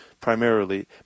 primarily